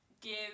give